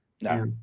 no